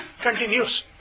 continues